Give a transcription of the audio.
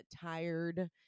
tired